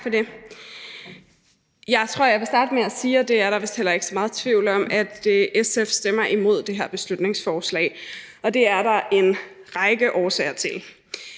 Jeg tror, jeg vil starte med at sige, og det er der vist heller ikke så meget tvivl om, at SF stemmer imod det her beslutningsforslag, og det er der en række årsager til.